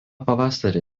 pavasarį